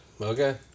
Okay